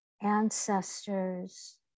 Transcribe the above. ancestors